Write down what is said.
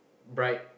bright